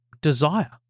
desire